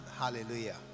hallelujah